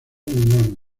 humano